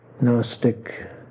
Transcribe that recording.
Gnostic